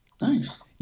nice